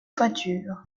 toiture